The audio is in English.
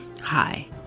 Hi